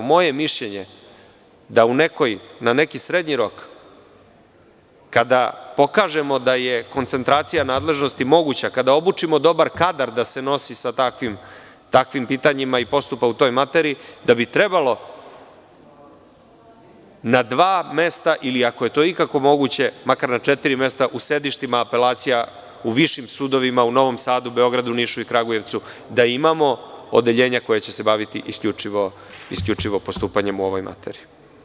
Moje je mišljenje da na neki srednji rok, kada pokažemo da je koncentracija nadležnosti moguća, kada obučimo dobar kadar da se nosi sa takvim pitanjima i postupa u toj materiji, da bi trebalo na dva mesta, ili ako je to ikako moguće, makar na četiri mesta, u sedištima apelacija, u višim sudovima u Novom Sadu, Beogradu, Nišu i Kragujevcu, da imamo odeljenja koja će se baviti isključivo postupanjem u ovoj materiji.